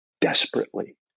desperately